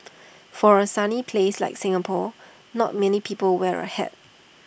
for A sunny place like Singapore not many people wear A hat